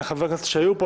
לחברי הכנסת שהיו פה,